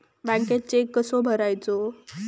बँकेत चेक कसो भरायचो?